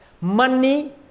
Money